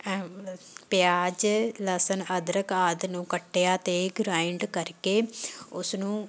ਪਿਆਜ਼ ਲਸਣ ਅਦਰਕ ਆਦਿ ਨੂੰ ਕੱਟਿਆ ਅਤੇ ਗ੍ਰਾਈਂਡ ਕਰਕੇ ਉਸ ਨੂੰ